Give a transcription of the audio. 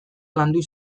landu